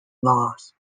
laws